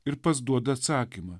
ir pats duoda atsakymą